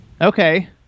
Okay